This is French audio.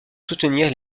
soutenir